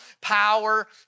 power